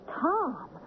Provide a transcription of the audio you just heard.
Tom